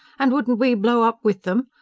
and wouldn't we blow up with them?